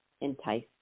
entice